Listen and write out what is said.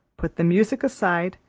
put the music aside,